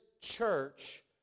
church